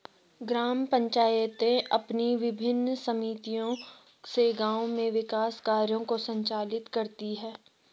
ग्राम पंचायतें अपनी विभिन्न समितियों से गाँव में विकास कार्यों को संचालित करती हैं